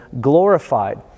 glorified